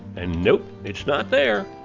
and nope, it's not there.